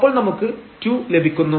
അപ്പോൾ നമുക്ക് 2 ലഭിക്കുന്നു